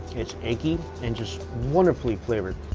it's eggy and just wonderfully flavored